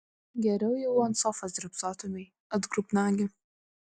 geriau jau ant sofos drybsotumei atgrubnagi